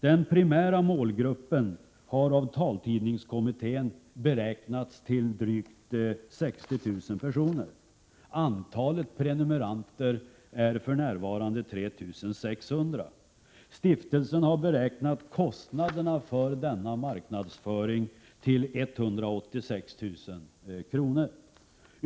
Taltidningskommittén beräknar att den primära målgruppen omfattar drygt 60 000 personer. Antalet prenumeranter är för närvarande 3 600. Stiftelsen har beräknat kostnaderna för denna marknadsföring till 186 000 kr.